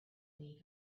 leave